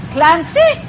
Clancy